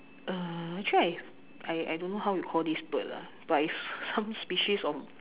uh actually if I I don't know how you call this bird lah but it's some species of